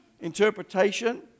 Interpretation